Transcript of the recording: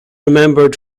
remembered